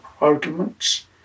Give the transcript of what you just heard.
arguments